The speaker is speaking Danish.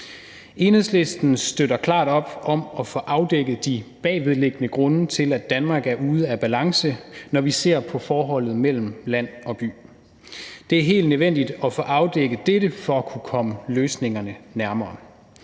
Enhedslisten støtter klart op om at få afdækket de bagvedliggende grunde til, at Danmark er ude af balance, når vi ser på forholdet mellem land og by. Det er helt nødvendigt at få afdækket dette for at kunne komme løsningerne nærmere.